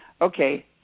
Okay